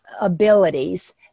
abilities